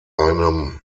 einem